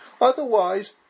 Otherwise